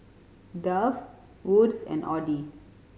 Dove Wood's and Audi